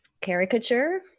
caricature